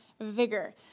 vigor